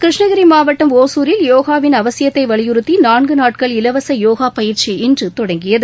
கிருஷ்ணகிரி மாவட்டம் ஒசூரில் யோகாவின் அவசியத்தை வலியுறுத்தி நான்கு நாட்கள் நடைபெறும் இலவச யோகா பயிற்சி இன்று தொடங்கியது